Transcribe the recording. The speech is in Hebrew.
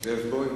זאב בוים?